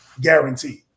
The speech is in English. guaranteed